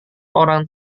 orang